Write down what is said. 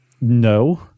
No